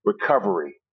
recovery